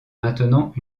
maintenant